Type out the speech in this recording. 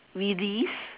relive